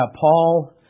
Paul